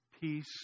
peace